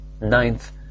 Ninth